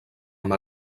amb